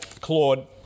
Claude